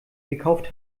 gekauft